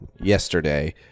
yesterday